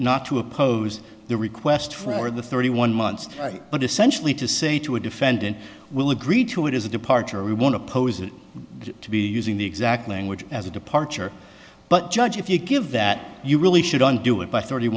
not to oppose the request for the thirty one months right but essentially to say to a defendant we'll agree to it is a departure we want to pose it to be using the exact language as a departure but judge if you give that you really shouldn't do it by thirty